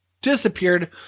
disappeared